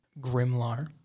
Grimlar